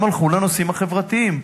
הם הלכו לנושאים החברתיים.